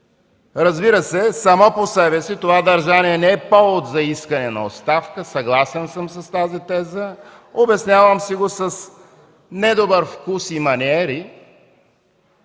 Разбира се, само по себе си това държание не е повод за искане на оставка, съгласен съм с тази теза. Обяснявам си го с недобър вкус и маниери